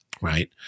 right